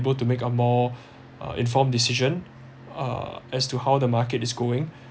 able to make a more informed decision uh as to how the market is going